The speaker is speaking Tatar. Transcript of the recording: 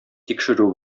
тикшерү